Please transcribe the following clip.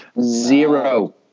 Zero